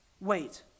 Wait